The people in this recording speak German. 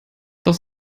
doch